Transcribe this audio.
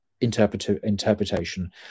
interpretation